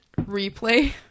Replay